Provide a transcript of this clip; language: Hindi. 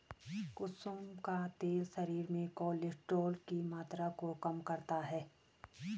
कुसुम का तेल शरीर में कोलेस्ट्रोल की मात्रा को कम करता है